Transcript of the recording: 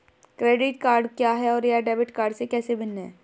Credit card क्या है और यह डेबिट कार्ड से कैसे भिन्न है?